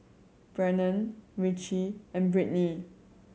Brennen Richie and Brittnee